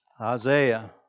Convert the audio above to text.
Isaiah